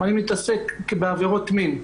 ואני מתעסק בעבירות מין.